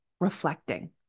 Reflecting